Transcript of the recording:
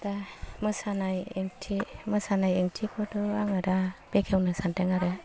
दा मोसानाय ओंथि मोसानाय ओंथि खौथ' आङो दा बेखेवनो सानदों आरो